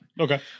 Okay